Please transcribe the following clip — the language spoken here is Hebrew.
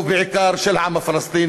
ובעיקר בדמו של העם הפלסטיני.